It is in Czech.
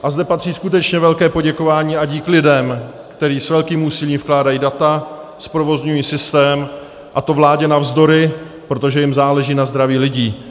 A zde patří skutečně velké poděkování a dík lidem, kteří s velkým úsilím vkládají data, zprovozňují systém, a to vládě navzdory, protože jim záleží na zdraví lidí.